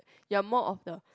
you are more of the